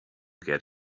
get